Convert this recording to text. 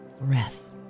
breath